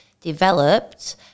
developed